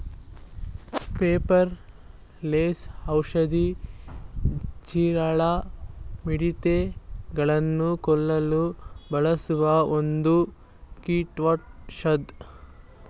ಪೆಪಾರ ಲೆಸ್ ಔಷಧಿ, ಜೀರಳ, ಮಿಡತೆ ಗಳನ್ನು ಕೊಲ್ಲು ಬಳಸುವ ಒಂದು ಕೀಟೌಷದ